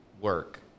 work